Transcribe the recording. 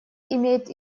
имеет